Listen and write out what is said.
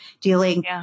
dealing